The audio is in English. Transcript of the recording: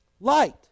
light